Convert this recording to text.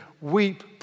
weep